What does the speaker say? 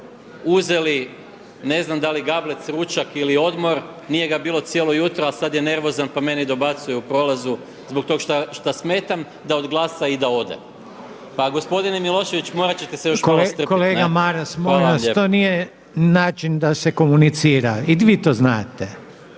uzeli ne znam da li gablec, ručak ili odmor nije ga bilo cijelo jutro, a sada je nervozan pa meni dobacuje u prolazu zbog tog što smetam da odglasa i da ode. Pa gospodine Milošević morat ćete se još malo strpiti. **Reiner, Željko (HDZ)** Kolega Maras molim vas, to nije način da se komunicira i vi to znate.